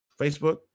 Facebook